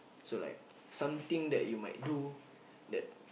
so like something that you might do that